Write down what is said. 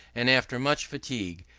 and after much fatigue,